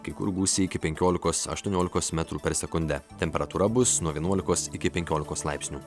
kai kur gūsiai iki penkiolikos aštuoniolikos metrų per sekundę temperatūra bus nuo vienuolikos iki penkiolikos laipsnių